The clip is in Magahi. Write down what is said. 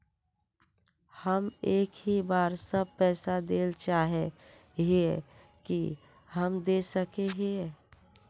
हम एक ही बार सब पैसा देल चाहे हिये की हम दे सके हीये?